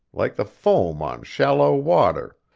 like the foam on shallow water,